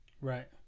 right